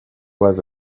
was